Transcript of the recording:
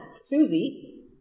susie